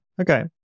Okay